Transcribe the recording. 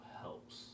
helps